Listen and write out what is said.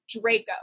draco